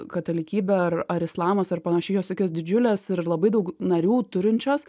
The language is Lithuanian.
katalikybė ar ar islamas ar panašiai jos tokios didžiulės ir labai daug narių turinčios